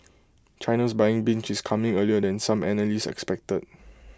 China's buying binge is coming earlier than some analyst expected